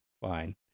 Fine